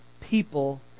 people